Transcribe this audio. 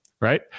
right